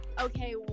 okay